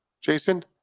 Jason